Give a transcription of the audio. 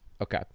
Okay